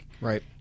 Right